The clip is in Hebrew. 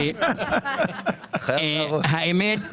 האמת,